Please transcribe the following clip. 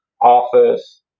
office